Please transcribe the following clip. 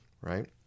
right